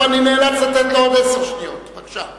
זכותו